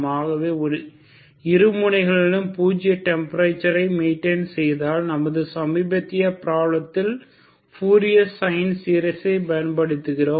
ஆகவே இருமுனைகளிலும் பூஜிய டெம்பரேச்சர் ஐ மெய்டைன் செய்தால் நமது சமீபத்திய பிராபலத்தின் பூரியர் சைன் சீரிசை பயன்படுத்தினோம்